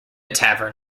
tavern